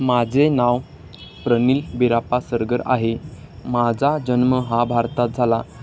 माझे नाव प्रनिल बिराप्पा सरगर आहे माझा जन्म हा भारतात झाला